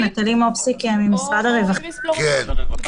נטלי מופסיק, משרד הרווחה, בבקשה.